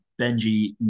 Benji